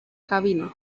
cabina